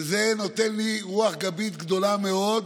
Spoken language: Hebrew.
זה נותן לי רוח גבית גדולה מאוד.